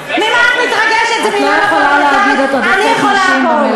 כי הן גרושות והן לא יכולות לעזור לילדים שלהן.